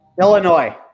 Illinois